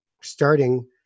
starting